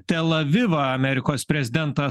tel avivą amerikos prezidentas